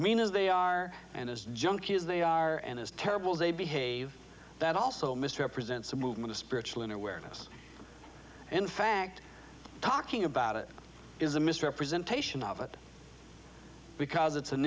mean as they are and as junkie as they are and as terrible they behave that also misrepresents the movement of spiritual in awareness in fact talking about it is a misrepresentation of it because it's an